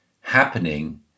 happening